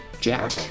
Jack